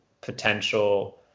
potential